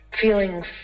feeling